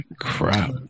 crap